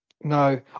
No